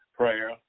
prayer